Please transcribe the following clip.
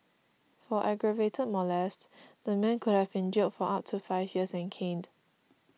for aggravated molest the man could have been jailed for up to five years and caned